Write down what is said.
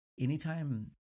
Anytime